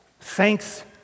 Thanks